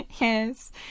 Yes